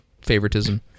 favoritism